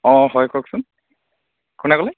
অঁ হয় কওকচোন কোনে ক'লে